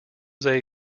jose